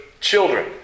children